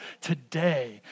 today